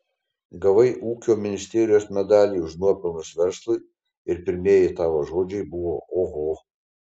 gavai ūkio ministerijos medalį už nuopelnus verslui ir pirmieji tavo žodžiai buvo oho